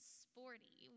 sporty